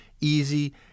easy